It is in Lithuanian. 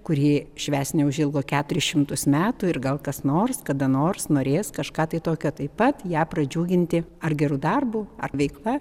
kurį švęs neužilgo keturis šimtus metų ir gal kas nors kada nors norės kažką tai tokia taip pat ją pradžiuginti ar geru darbu ar veikla